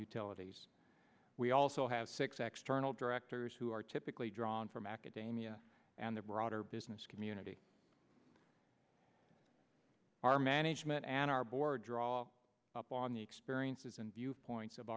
utilities we also have six x terminal directors who are typically drawn from academia and the broader business community our management and our board draw upon the experiences and viewpoints of